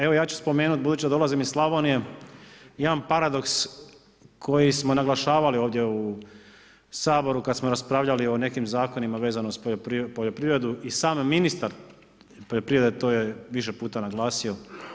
Evo, ja ću spomenuti, budući da dolazim iz Slavonije, jedan paradoks koji smo naglašavali ovdje u Saboru kad smo raspravljali o nekim zakonima vezano uz poljoprivredu i sam ministar poljoprivrede to je više puta naglasio.